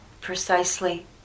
Precisely